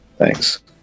Thanks